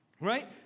right